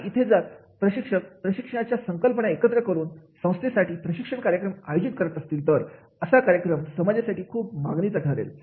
आणि इथे जर प्रशिक्षक प्रशिक्षणाच्या संकल्पना एकत्र करून संस्थेसाठी प्रशिक्षण कार्यक्रम आयोजित करू शकत असतील तर असा कार्यक्रम समाजामध्ये खूप मागणीचा ठरेल